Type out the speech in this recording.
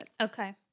Okay